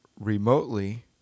remotely